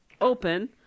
open